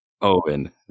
Owen